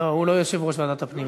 לא, הוא לא יושב-ראש ועדת הפנים.